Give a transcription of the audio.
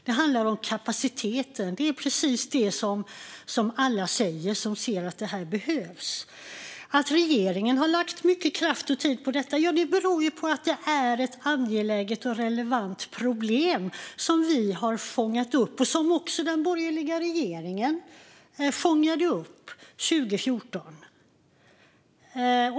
Det handlar om kapaciteten; det är precis det som alla som ser att detta behövs säger. Regeringar har lagt mycket kraft och tid på detta. Ja, det beror ju på att det är ett angeläget och relevant problem som vi har fångat upp och som också den borgerliga regeringen fångade upp 2014!